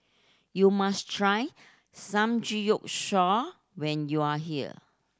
you must try Samgeyopsal when you are here